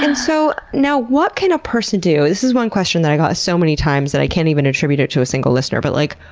and so now what can a person do? this is one question that i got so many times i can't even attribute it to a single listener. but like,